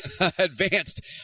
advanced